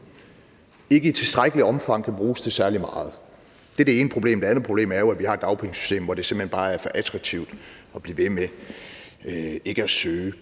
ikke i tilstrækkeligt omfang kan bruges til særlig meget. Det er det ene problem. Det andet problem er jo, at vi har et dagpengesystem, hvor det simpelt hen bare er for attraktivt at blive ved med ikke at søge